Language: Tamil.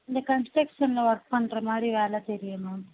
இந்த கன்ஸ்ட்ரக்ஷனில் ஒர்க் பண்றமாதிரி வேலை தெரியும் மேம்